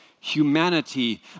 humanity